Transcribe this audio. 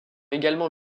également